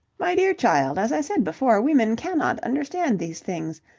my dear child, as i said before, women cannot understand these things.